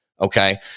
Okay